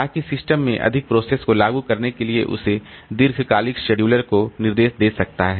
ताकि सिस्टम में अधिक प्रोसेस को लागू करने के लिए उस दीर्घकालिक शेड्यूलर को निर्देश दे सकता है